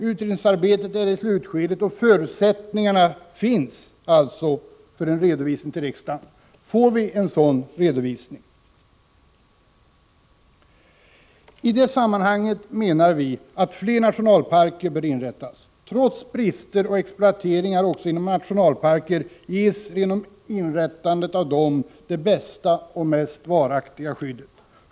Utredningsarbetet är i slutskedet, och förutsättningarna finns alltså för en redovisning till riksdagen. Får vi en sådan redovisning? I det sammanhanget menar vi att flera nationalparker bör inrättas. Trots brister och exploateringar också inom nationalparker ges genom inrättande av dessa det bästa och mest varaktiga skyddet.